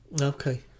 Okay